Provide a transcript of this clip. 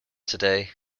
today